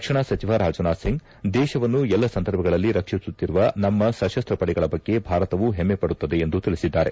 ರಕ್ಷಣ ಸಚಿವ ರಾಜನಾಥ್ ಸಿಂಗ್ ದೇಶವನ್ನು ಎಲ್ಲ ಸಂದರ್ಭಗಳಲ್ಲಿ ರಕ್ಷಿಸುತ್ತಿರುವ ನಮ್ಮ ಸಶಸ್ತ್ರ ಪಡೆಗಳ ಬಗ್ಗೆ ಭಾರತವು ಹೆಮ್ಮೆವಡುತ್ತದೆ ಎಂದು ತಿಳಿಸಿದ್ದಾರೆ